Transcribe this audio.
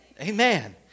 Amen